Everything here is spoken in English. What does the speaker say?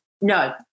No